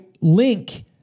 link